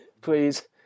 Please